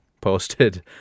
posted